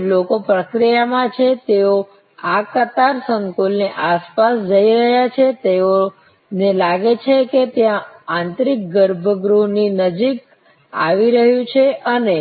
તેથી લોકો પ્રક્રિયામાં છે તેઓ આ કતાર સંકુલની આસપાસ જઈ રહ્યા છે તેઓને લાગે છે કે ત્યાં આંતરિક ગર્ભગૃહની નજીક આવી રહ્યું છે અને